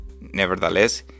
Nevertheless